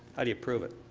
how do you prove it?